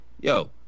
yo